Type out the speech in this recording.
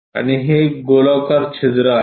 आणि हे एक गोलाकार छिद्र आहे